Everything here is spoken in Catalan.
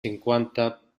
cinquanta